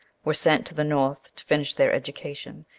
were sent to the north to finish their education,